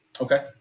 Okay